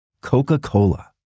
Coca-Cola